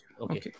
Okay